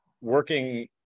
working